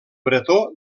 bretó